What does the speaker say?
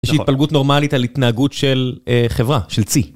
יש התפלגות נורמלית על התנהגות של חברה, של צי.